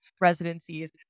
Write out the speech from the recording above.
residencies